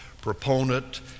proponent